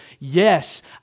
yes